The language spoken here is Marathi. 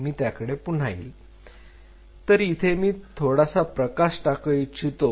मी त्याकडे पुन्हा येईल तर इथे मी थोडासा प्रकाश टाकू इच्छितो